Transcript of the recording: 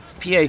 PA